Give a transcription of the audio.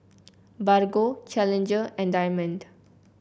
Bargo Challenger and Diamond